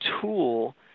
tool